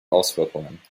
auswirkungen